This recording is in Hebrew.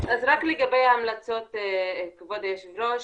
אז רק לגבי ההמלצות, כבוד היושב ראש.